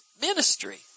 ministry